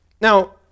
Now